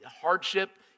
hardship